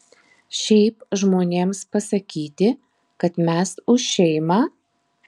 šiaip žmonėms pasakyti kad mes už šeimą